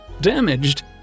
Damaged